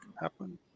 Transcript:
happen